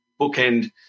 bookend